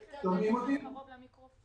רשות מקרקעי ישראל מטשטשת את עיניכם,